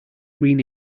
green